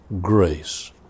Grace